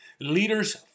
Leaders